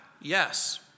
Yes